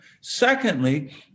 Secondly